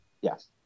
Yes